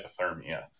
hypothermia